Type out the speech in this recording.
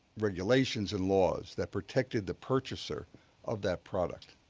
regulations and laws that protected the purchasers of that product.